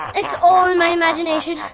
it's all in my imagination.